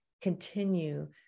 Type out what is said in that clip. continue